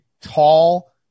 tall –